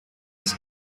his